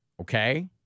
Okay